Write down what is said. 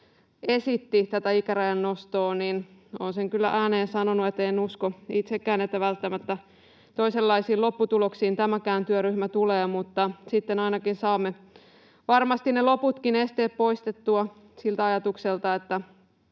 esitti tätä ikärajan nostoa — olen sen kyllä ääneen sanonut, että en usko itsekään, että välttämättä toisenlaisiin lopputuloksiin tämäkään työryhmä tulee — niin sitten ainakin saamme varmasti ne loputkin esteet poistettua siltä ajatukselta, että